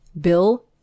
Bill